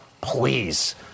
Please